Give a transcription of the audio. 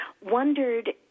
wondered